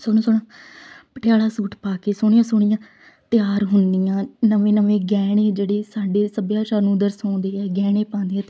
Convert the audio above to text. ਸੋਹਣਾ ਸੋਹਣਾ ਪਟਿਆਲਾ ਸੂਟ ਪਾ ਕੇ ਸੋਹਣੀਆਂ ਸੋਹਣੀਆਂ ਤਿਆਰ ਹੁੰਦੀਆਂ ਨਵੇਂ ਨਵੇਂ ਗਹਿਣੇ ਜਿਹੜੇ ਸਾਡੇ ਸੱਭਿਆਚਾਰ ਨੂੰ ਦਰਸਾਉਂਦੇ ਹੈ ਗਹਿਣੇ ਪਾਉਂਦੀਆਂ ਅਤੇ